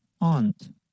aunt